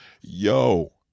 yo